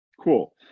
cool